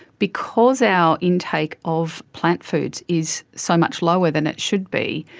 because our intake of plant foods is so much lower than it should be,